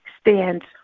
stands